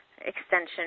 extension